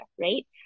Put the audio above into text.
right